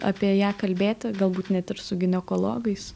apie ją kalbėti galbūt net ir su ginekologais